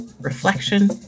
reflection